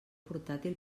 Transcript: portàtil